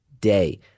day